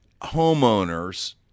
homeowners